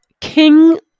King